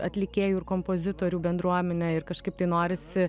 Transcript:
atlikėjų ir kompozitorių bendruomene ir kažkaip tai norisi